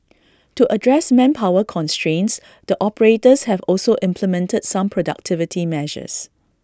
to address manpower constraints the operators have also implemented some productivity measures